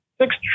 six